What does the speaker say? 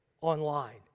online